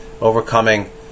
overcoming